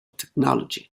technology